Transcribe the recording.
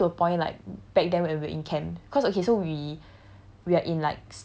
so if it's even to a point like back then when we are in camp cause okay so we